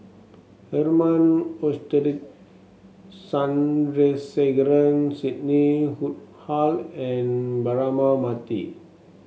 Herman Hochstadt Sandrasegaran Sidney Woodhull and Braema Mathi